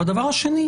שנית,